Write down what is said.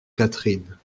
catherine